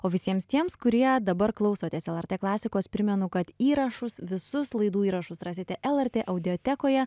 o visiems tiems kurie dabar klausotės el er tė klasikos primenu kad įrašus visus laidų įrašus rasite el er tė audiotekoje